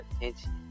attention